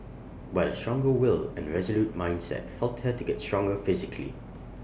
but A stronger will and resolute mindset helped her to get stronger physically